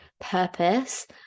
purpose